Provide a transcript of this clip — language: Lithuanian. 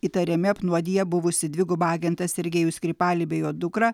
įtariami apnuodiję buvusį dvigubą agentą sergejų skripalį bei jo dukrą